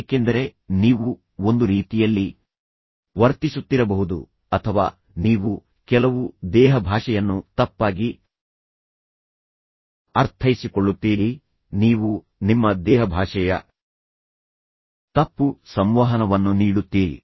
ಏಕೆಂದರೆ ನೀವು ಒಂದು ರೀತಿಯಲ್ಲಿ ವರ್ತಿಸುತ್ತಿರಬಹುದು ಅಥವಾ ನೀವು ಕೆಲವು ದೇಹಭಾಷೆಯನ್ನು ತಪ್ಪಾಗಿ ಅರ್ಥೈಸಿಕೊಳ್ಳುತ್ತೀರಿ ನೀವು ನಿಮ್ಮ ದೇಹಭಾಷೆಯ ತಪ್ಪು ಸಂವಹನವನ್ನು ನೀಡುತ್ತೀರಿ